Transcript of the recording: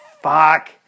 Fuck